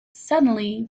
suddenly